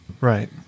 Right